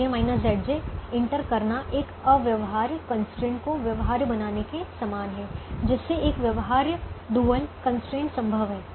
इसलिए एक Cj Zj enter करना एक अव्यवहार्य कंस्ट्रेंट को व्यवहार्य बनाने के समान है जिससे एक व्यवहार्य डुअल कंस्ट्रेंट संभव है